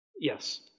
Yes